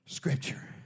Scripture